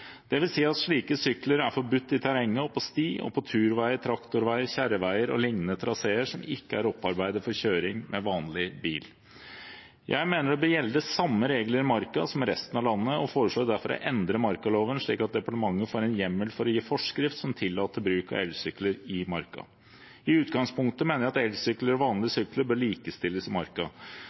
si at slike sykler er forbudt i terrenget og på sti, turveier, traktorveier, kjerreveier og liknende traséer som ikke er opparbeidet for kjøring med vanlig bil. Jeg mener at de samme reglene bør gjelde i marka som i resten av landet og foreslår derfor å endre markaloven, slik at departementet får en hjemmel til å gi forskrift som tillater bruk av elsykler i marka. I utgangspunktet mener jeg at elsykler og vanlige sykler bør likestilles i marka.